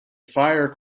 fire